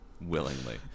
Willingly